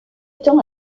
temps